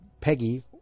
Peggy